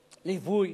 הליווי,